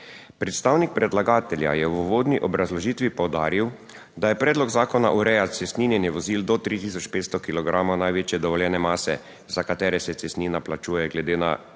Predstavnik predlagatelja je v uvodni obrazložitvi poudaril, da je predlog zakona ureja cestninjenje vozil do 3500 kilogramov največje dovoljene mase, za katere se cestnina plačuje glede na